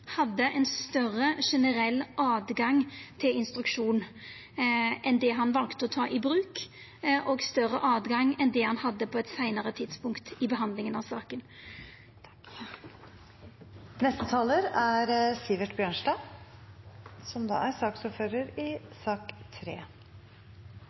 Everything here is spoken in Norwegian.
hadde eit større generelt høve til instruksjon enn det han valde å ta i bruk, og større høve enn det han hadde på eit seinare tidspunkt i behandlinga av saka. La meg få begynne med å takke komiteen for godt samarbeid i saken som jeg er